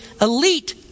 elite